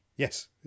Yes